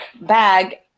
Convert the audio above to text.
bag